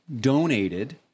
donated